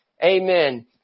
Amen